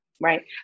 right